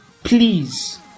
Please